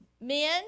Men